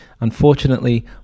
unfortunately